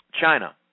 China